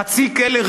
חצי כלא,